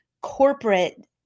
corporate